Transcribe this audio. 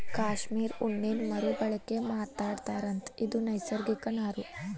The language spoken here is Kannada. ಕಾಶ್ಮೇರ ಉಣ್ಣೇನ ಮರು ಬಳಕೆ ಮಾಡತಾರಂತ ಇದು ನೈಸರ್ಗಿಕ ನಾರು